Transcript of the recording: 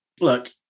Look